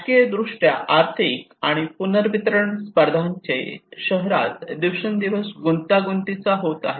राजकीयदृष्ट्या आर्थिक आणि पुनर्वितरण स्पर्धांचे शहरात दिवसेंदिवस गुंतागुंतीचा होत आहेत